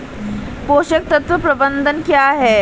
पोषक तत्व प्रबंधन क्या है?